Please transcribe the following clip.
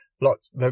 lots